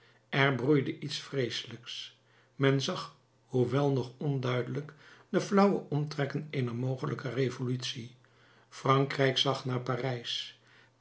er broeide iets vreeselijks men zag hoewel nog onduidelijk de flauwe omtrekken eener mogelijke revolutie frankrijk zag naar parijs